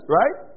right